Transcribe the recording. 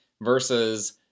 versus